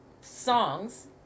songs